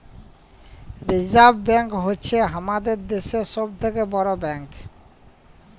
reserve bank হ্য়চ্ছ হামাদের দ্যাশের সব থেক্যে বড় ব্যাঙ্ক